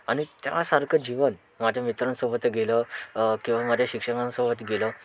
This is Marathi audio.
आणि त्यासारखं जीवन माझ्या मित्रांसोबत गेलं किंवा माझ्या शिक्षकांसोबत गेलं